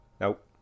Nope